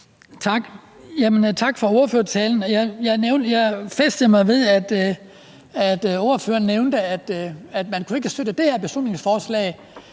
Tak for ordførertalen. Jeg fæstnede mig ved, at ordføreren nævnte, at man ikke kan støtte det her beslutningsforslag,